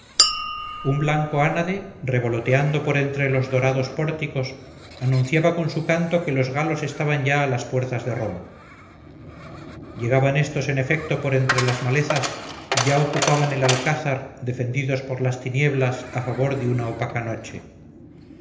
un blanco ánade revoloteando por entre los dorados pórticos anunciaba con su canto que los galos estaban ya a las puertas de roma llegaban estos en efecto por entre las malezas y ya ocupaban el alcázar defendidos por las tinieblas a favor de una opaca noche